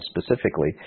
specifically